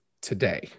today